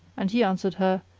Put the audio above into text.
and he answered her,